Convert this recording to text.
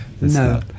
No